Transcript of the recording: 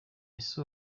ese